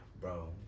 Bro